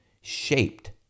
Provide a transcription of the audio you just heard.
shaped